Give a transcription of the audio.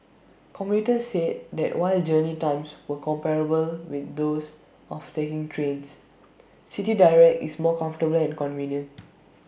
commuters said that while journey times were comparable with those of taking trains City Direct is more comfortable and convenient